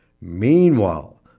Meanwhile